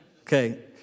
Okay